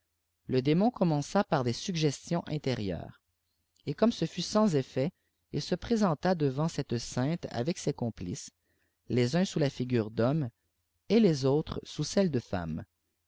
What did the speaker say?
le démon commença par des suggestions intérieures et comme ce fut sans effet il se présenta devant cette sainte avec ses complices les uns sous la figure d'hommes et les autres sous celle de femmes